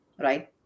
right